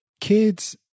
kids